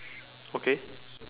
okay